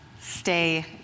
stay